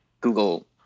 Google